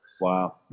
Wow